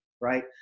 right